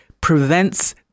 prevents